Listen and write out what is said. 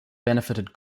benefited